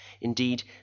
indeed